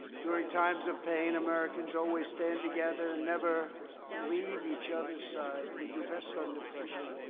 during times of pain, americans always stand together and never leave each other's side. we do best under pressure.